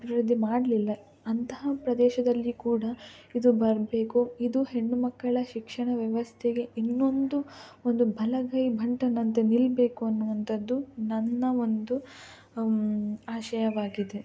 ಅಭಿವೃದ್ಧಿ ಮಾಡಲಿಲ್ಲ ಅಂತಹ ಪ್ರದೇಶದಲ್ಲಿ ಕೂಡ ಇದು ಬರಬೇಕು ಇದು ಹೆಣ್ಣು ಮಕ್ಕಳ ಶಿಕ್ಷಣ ವ್ಯವಸ್ಥೆಗೆ ಇನ್ನೊಂದು ಒಂದು ಬಲಗೈ ಬಂಟನಂತೆ ನಿಲ್ಲಬೇಕು ಅನ್ನುವಂತದ್ದು ನನ್ನ ಒಂದು ಆಶಯವಾಗಿದೆ